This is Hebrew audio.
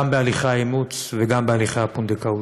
בהליכי האימוץ וגם בהליכי הפונדקאות.